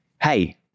Hey